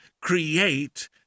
create